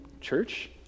church